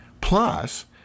Plus